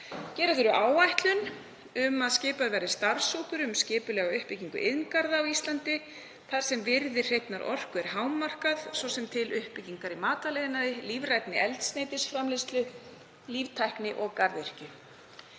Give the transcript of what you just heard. Gera þurfi áætlun um að skipaður verði starfshópur um skipulega uppbyggingu iðngarða á Íslandi þar sem virði hreinnar orku er hámarkað, svo sem til uppbyggingar í matvælaiðnaði, lífrænni eldsneytisframleiðslu, líftækni og garðyrkju.